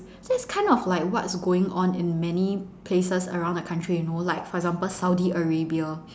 this is kind of like what's going on in many places around the country you know like for example Saudi-Arabia